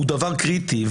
הוא דבר קריטי.